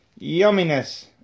Yumminess